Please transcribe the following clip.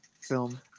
film